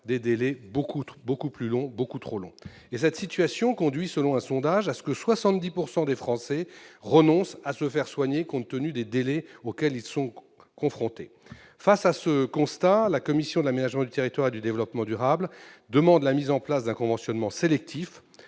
les délais étant beaucoup plus longs dans de très nombreux cas. Selon un sondage, cette situation conduit à ce que 70 % des Français renoncent à se faire soigner, compte tenu des délais auxquels ils sont confrontés. Devant ce constat, la commission de l'aménagement du territoire et du développement durable demande la mise en place d'un conventionnement sélectif,